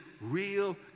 real